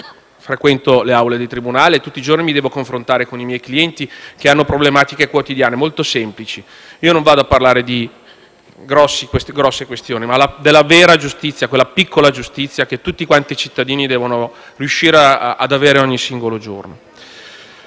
frequento le aule di tribunale e mi devo confrontare con i miei clienti che hanno problematiche quotidiane molto semplici. Non vado a parlare di grandi questioni, ma della vera giustizia, quella piccola giustizia che tutti i cittadini devono riuscire ad avere ogni singolo giorno.